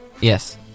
yes